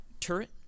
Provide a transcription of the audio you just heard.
turret